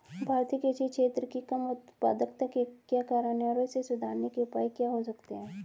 भारतीय कृषि क्षेत्र की कम उत्पादकता के क्या कारण हैं और इसे सुधारने के उपाय क्या हो सकते हैं?